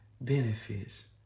benefits